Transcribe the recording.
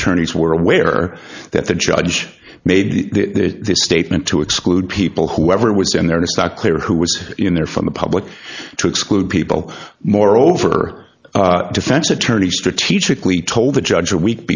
attorneys were aware that the judge made the statement to exclude people whoever was in there to start clear who was in there from the public to exclude people moreover defense attorney strategically told the judge a week